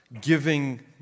giving